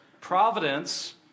providence